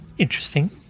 Interesting